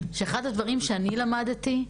שאחד הדברים שאני למדתי,